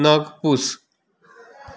नग पूस